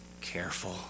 careful